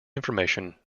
information